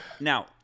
Now